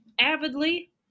avidly